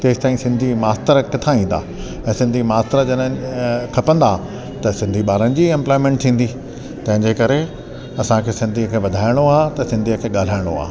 तेसि तईं सिंधी मास्टर किथा ईंदा ऐं सिंधी मास्टर जॾहिं खपंदा त सिंधी ॿारनि जी इम्पलोएमेंट थींदी तंहिंजे करे असांखे सिंधी खे वधाइणो आहे त सिंधीअ खे ॻाल्हाइणो आहे